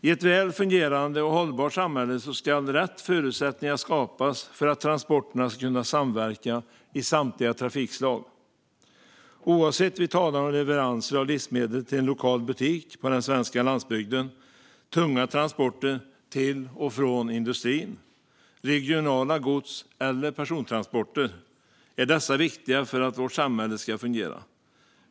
I ett väl fungerande och hållbart samhälle ska rätt förutsättningar skapas för att transporterna ska kunna samverka i samtliga trafikslag. Oavsett om vi talar om leveranser av livsmedel till en lokal butik på den svenska landsbygden eller om vi talar om tunga transporter till och från industrin eller om vi talar om regionala gods eller persontransporter är dessa viktiga för att vårt samhälle ska fungera.